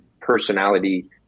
personality